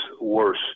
worse